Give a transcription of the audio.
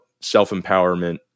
self-empowerment